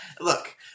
look